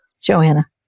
Joanna